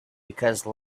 because